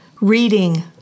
reading